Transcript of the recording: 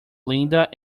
linda